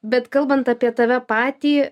bet kalbant apie tave patį